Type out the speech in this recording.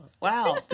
Wow